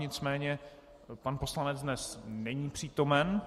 Nicméně pan poslanec dnes není přítomen.